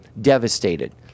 devastated